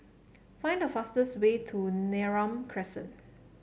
find the fastest way to Neram Crescent